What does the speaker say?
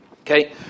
Okay